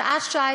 שעה-שעה,